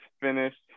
finished